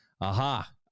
Aha